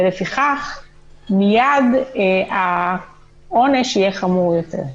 ולפיכך מיד העונש יהיה חמור יותר.